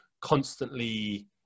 constantly